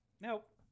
Nope